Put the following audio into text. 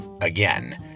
again